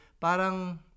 Parang